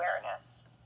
awareness